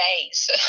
days